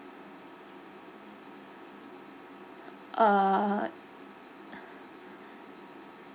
uh